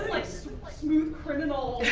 this smooth criminal.